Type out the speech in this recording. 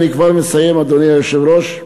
אדוני היושב-ראש,